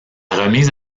remise